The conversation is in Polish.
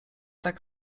tak